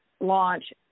launch